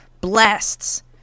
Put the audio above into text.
blasts